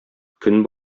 көн